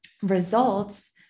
Results